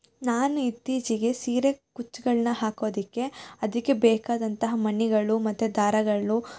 ನಾನು ಇತ್ತೀಚೆಗೆ ಸೀರೆ ಕುಚ್ಗಳ್ನ ಹಾಕೋದಕ್ಕೆ ಅದಕ್ಕೆ ಬೇಕಾದಂತಹ ಮಣಿಗಳು ಮತ್ತು ದಾರಗಳು